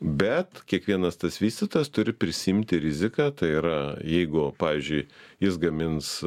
bet kiekvienas tas vystytojas turi prisiimti riziką tai yra jeigu pavyzdžiui jis gamins